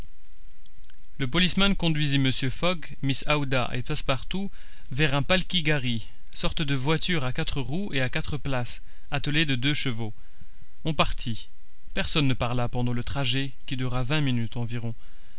le policeman conduisit mr fogg mrs aouda et passepartout vers un palki ghari sorte de voiture à quatre roues et à quatre places attelée de deux chevaux on partit personne ne parla pendant le trajet qui dura vingt minutes environ